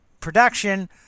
production